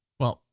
well,